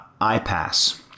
I-PASS